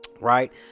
right